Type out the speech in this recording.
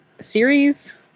series